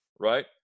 right